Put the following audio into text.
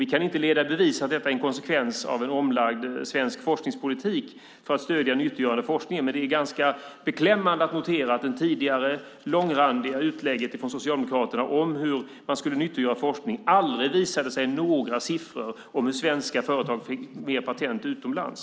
Vi kan inte leda i bevis att detta är en konsekvens av en omlagd svensk forskningspolitik för att stödja den nyttogörande forskningen. Men det är ganska beklämmande att notera att det tidigare långrandiga utlägget från Socialdemokraterna om hur man skulle nyttogöra forskning aldrig visade sig i några siffror om hur svenska företag fick fler patent utomlands.